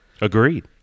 Agreed